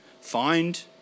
find